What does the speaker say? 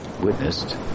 witnessed